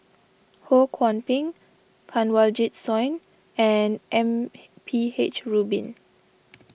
Ho Kwon Ping Kanwaljit Soin and M P H Rubin